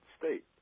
State